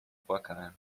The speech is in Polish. płakałem